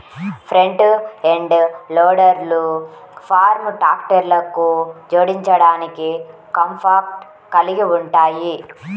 front end లోడర్లు farm ట్రాక్టర్లకు జోడించడానికి కాంపాక్ట్ కలిగి ఉంటాయి